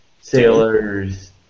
sailors